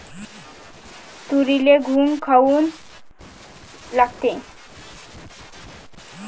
तुरीले घुंग काऊन लागते?